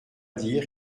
dire